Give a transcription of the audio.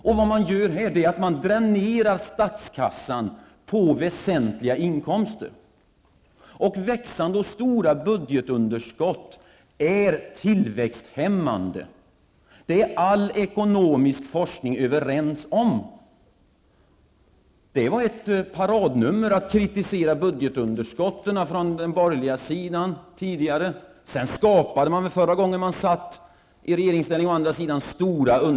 Vad regeringen gör är att dränera statskassan på väsentliga inkomster. Växande och stora budgetunderskott är tillväxthämmande -- det är man överens om inom all ekonomisk forskning. Det var tidigare ett paradnummer från den borgerliga sidan att kritisera budgetunderskotten, och sedan skapade de borgerliga själva stora underskott när de förra gången satt i regeringsställning.